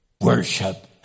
Worship